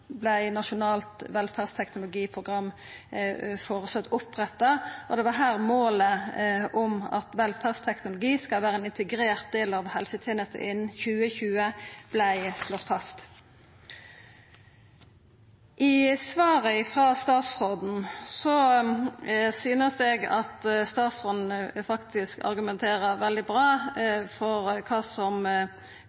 og det var her målet om at velferdsteknologi skal vera ein integrert del av helsetenestene innan 2020, vart slått fast. I svaret frå statsråden synest eg at statsråden faktisk argumenterer veldig bra